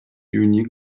unique